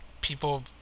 people